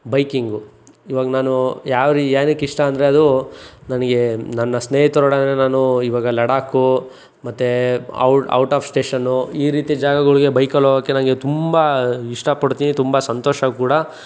biking ಈವಾಗ ನಾನು ಯಾವುದು ಏನಕ್ಕೆ ಇಷ್ಟ ಅಂದರೆ ಅದು ನನಗೆ ನನ್ನ ಸ್ನೇಹಿತರೊಡನೆ ನಾನು ಈವಾಗ ಲಡಾಕ್ ಮತ್ತೆ ಔಟ್ ಆಫ್ ಸ್ಟೇಷನ್ನು ಈ ರೀತಿ ಜಾಗಗಳಿಗೆ ಬೈಕಲ್ಲಿ ಹೋಗೋಕೆ ತುಂಬ ಇಷ್ಟಪಡ್ತೀನಿ ತುಂಬ ಸಂತೋಷ ಕೂಡ